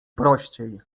prościej